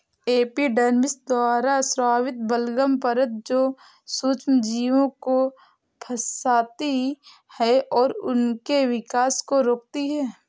epidermis द्वारा स्रावित बलगम परत जो सूक्ष्मजीवों को फंसाती है और उनके विकास को रोकती है